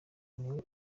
niwe